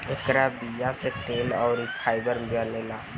एकरा बीया से तेल अउरी फाइबर बनेला